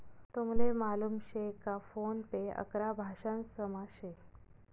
तुमले मालूम शे का फोन पे अकरा भाषांसमा शे